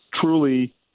truly